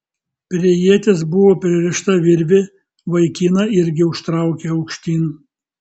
prie ieties buvo pririšta virvė vaikiną irgi užtraukė aukštyn